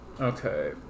Okay